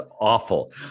awful